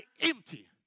empty